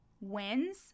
wins